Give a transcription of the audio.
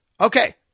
Okay